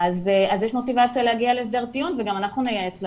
יש מוטיבציה להגיע להסדר טיעון וגם אנחנו נייעץ לה